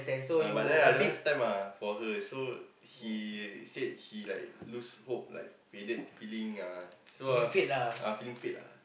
uh but then I don't have time ah for this so he said he like lose hope like faded feeling ah so uh feeling fade ah